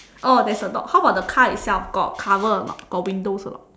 oh there's a dog how about the car itself got cover or not got windows or not